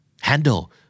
Handle